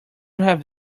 have